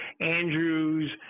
andrews